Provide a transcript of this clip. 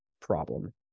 problem